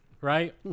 Right